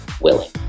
willing